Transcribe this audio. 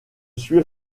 suis